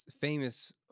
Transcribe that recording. famous